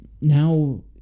Now